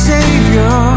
Savior